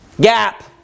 gap